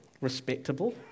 respectable